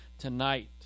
Tonight